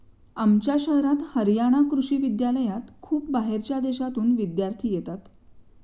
आमच्या शहरात हरयाणा कृषि विश्वविद्यालयात खूप बाहेरच्या देशांतून विद्यार्थी येतात